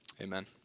Amen